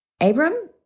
Abram